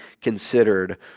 considered